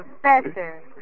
Professor